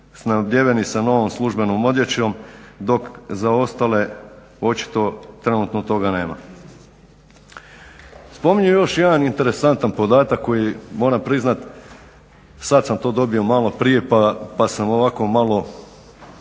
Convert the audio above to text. snabdijeveni sa novom službenom odjećom dok za ostale očito trenutno toga nema. Spominju još jedan interesantan podatak koji moram priznati sad sam to dobio maloprije pa sam ovako malo